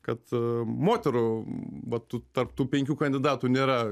kad moterų va tų tarp tų penkių kandidatų nėra